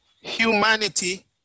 humanity